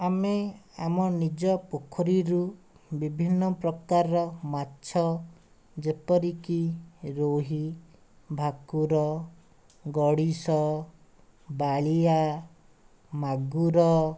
ଆମେ ଆମ ନିଜ ପୋଖରୀରୁ ବିଭିନ୍ନ ପ୍ରକାରର ମାଛ ଯେପରିକି ରୋହି ଭାକୁର ଗଡ଼ିଶ ବାଳିଆ ମାଗୁର